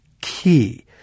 key